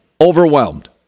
overwhelmed